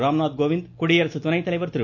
ராம்நாத் கோவிந்த் குடியரசு துணை தலைவர் திரு